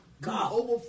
God